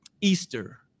Easter